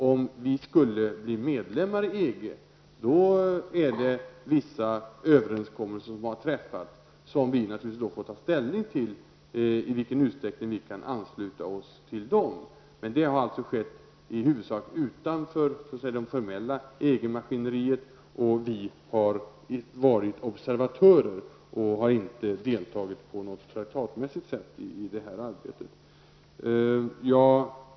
Om vi skulle bli medlemmar i EG får vi naturligtvis ta ställning till om vi kan ansluta oss till vissa överenskommelser som har träffats, huvudsakligen utanför det formella EG-maskineriet. Vi har varit observatörer och har inte deltagit på något traktatmässigt sätt i detta arbete.